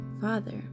father